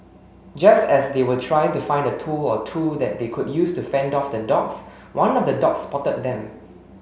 just as they were trying to find a tool or two that they could use to fend off the dogs one of the dogs spotted them